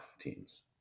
teams